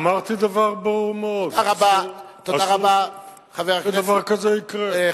אמרתי דבר ברור מאוד: אסור שדבר כזה יקרה.